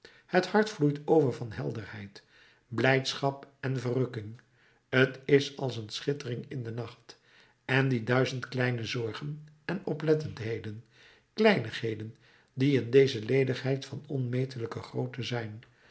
het hart vloeit over van helderheid blijdschap en verrukking t is als een schittering in den nacht en die duizend kleine zorgen en oplettendheden kleinigheden die in deze ledigheid van onmetelijke grootte zijn